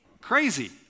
Crazy